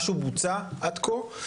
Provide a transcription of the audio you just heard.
משהו בוצע עד כה?